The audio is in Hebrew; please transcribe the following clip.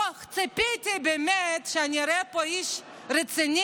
בוא, ציפיתי שאני אראה פה איש רציני,